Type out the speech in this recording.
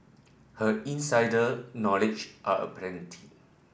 her insider knowledge are aplenty